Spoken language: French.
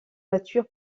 nature